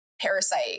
parasite